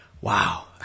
wow